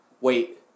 Wait